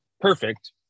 perfect